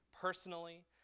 personally